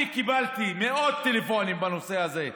אני קיבלתי מאות טלפונים בנושא הזה,